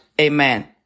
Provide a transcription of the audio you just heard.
Amen